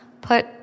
Put